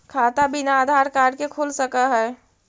खाता बिना आधार कार्ड के खुल सक है?